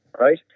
right